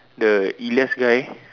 the Elias guy